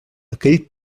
aquell